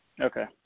Okay